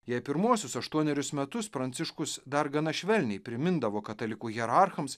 jei pirmuosius aštuonerius metus pranciškus dar gana švelniai primindavo katalikų hierarchams